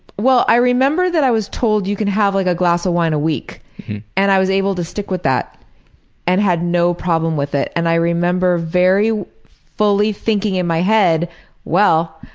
well, i remember that i was told you could have like a glass of wine a week and i was able to stick with that and had no problem with it and i remember very fully thinking in my head well,